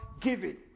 giving